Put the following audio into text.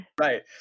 Right